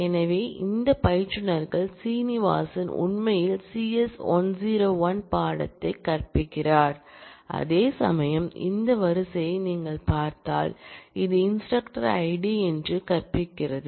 எனவே இந்த பயிற்றுனர்கள் சீனிவாசன் உண்மையில் சிஎஸ் 101 பாடத்தை கற்பிக்கிறார் அதேசமயம் இந்த வரிசையை நீங்கள் பார்த்தால் அது இன்ஸ்டிரக்டர் ஐடி இது என்றும் கற்பிக்கிறது